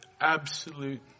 absolute